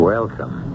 Welcome